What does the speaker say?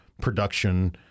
production